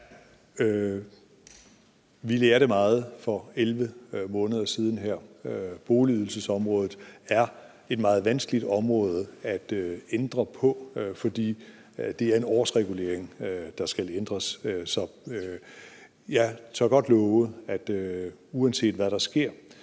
Vi lærte meget her for 11 måneder siden. Boligydelsesområdet er et meget vanskeligt område at ændre noget på, fordi det er en årsregulering, der skal ændres. Så jeg tør godt love, at uanset hvad der sker,